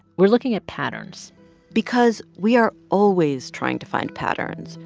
we're looking at patterns because we are always trying to find patterns,